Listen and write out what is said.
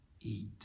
eat